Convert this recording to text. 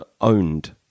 owned